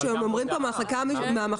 מה שהם אומרים מהמחלקה המשפטית,